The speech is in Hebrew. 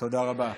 תודה רבה.